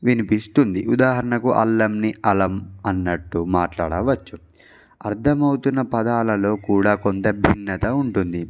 వినిపిస్తుంది ఉదాహరణకు అల్లంని అలం అన్నట్టు మాట్లాడవచ్చు అర్థమవుతున్న పదాలలో కూడా కొంత భిన్నత ఉంటుంది